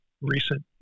recent